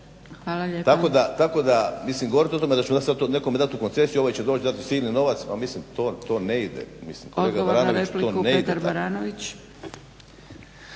Hvala lijepa./… Tako da, mislim govorit o tome da će ona sad to dati nekom u koncesiju, ovaj će doći, dati silni novac. Pa mislim to ne ide. Mislim kolega Baranoviću